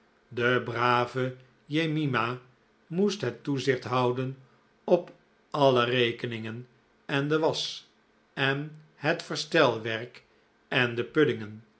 de brave jemima moest het toezicht houden op alle rekeningen en de wasch en het verstelwerk en de puddingen